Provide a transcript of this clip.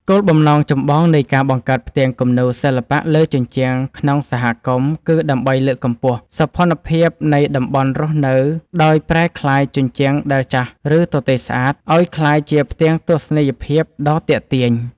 គោលបំណងចម្បងនៃការបង្កើតផ្ទាំងគំនូរសិល្បៈលើជញ្ជាំងក្នុងសហគមន៍ គឺដើម្បីលើកកម្ពស់ សោភ័ណភាពនៃតំបន់រស់នៅ ដោយប្រែក្លាយជញ្ជាំងដែលចាស់ ឬទទេស្អាត ឱ្យក្លាយជាផ្ទាំងទស្សនីយភាពដ៏ទាក់ទាញ។